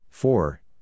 Four